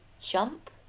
Jump